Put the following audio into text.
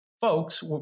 folks